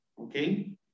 Okay